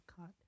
cut